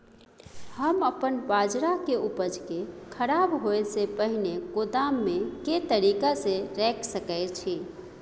हम अपन बाजरा के उपज के खराब होय से पहिले गोदाम में के तरीका से रैख सके छी?